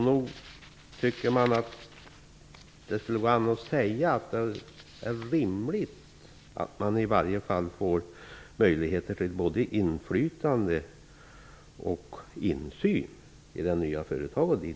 Nog tycker man att det skulle gå an att säga att det vore rim ligt att de anställda får möjligheter till både infly tande och insyn i det nya företaget.